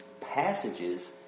Passages